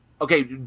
okay